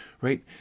right